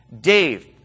Dave